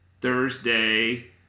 Thursday